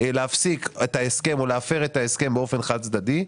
להפסיק את ההסכם או להפר את ההסכם באופן חד צדדי.